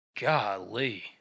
Golly